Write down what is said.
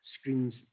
screens